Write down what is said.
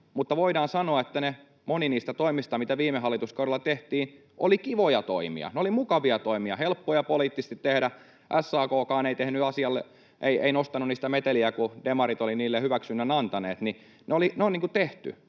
voidaan sanoa, että moni niistä toimista, mitä viime hallituskaudella tehtiin, oli kivoja toimia, ne olivat mukavia toimia, helppoja poliittisesti tehdä. SAK:kaan ei nostanut niistä meteliä, kun demarit olivat niille hyväksynnän antaneet. Ne on niin